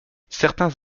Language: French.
certains